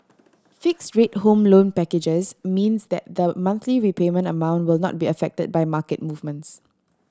fixed rate Home Loan packages means that the monthly repayment amount will not be affected by market movements